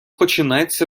починається